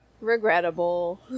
regrettable